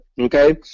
okay